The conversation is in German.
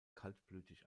kaltblütig